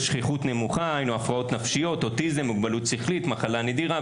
אנחנו שחררנו את הפעימה הראשונה של פילוח תמיכות לכלל התלמידים הזכאים,